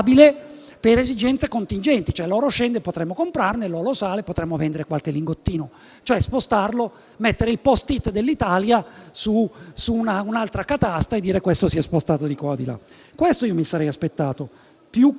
per esigenze contingenti, cioè se l'oro scende potremmo comprarne, mentre se sale potremmo vendere qualche lingottino, cioè spostarlo, mettere un *post-it* dell'Italia su un'altra catasta e dire che si è spostato di qua o di là. Io mi sarei aspettato questo più che